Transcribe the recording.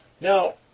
Now